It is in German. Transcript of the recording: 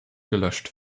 gelöscht